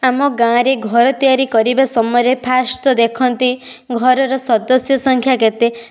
ଆମ ଗାଁରେ ଘର ତିଆରି କରିବା ସମୟରେ ଫାର୍ଷ୍ଟ ତ ଦେଖନ୍ତି ଘରର ସଦସ୍ୟ ସଂଖ୍ୟା କେତେ